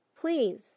please